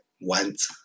went